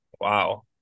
wow